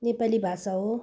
नेपाली भाषा हो